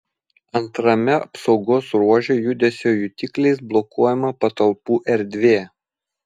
antrame apsaugos ruože judesio jutikliais blokuojama patalpų erdvė